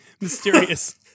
mysterious